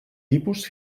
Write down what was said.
tipus